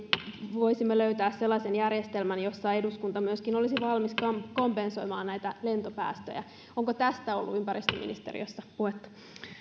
voisimme löytää sellaisen järjestelmän jossa eduskunta myöskin olisi valmis kompensoimaan näitä lentopäästöjä onko tästä ollut ympäristöministeriössä puhetta